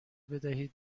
بدهید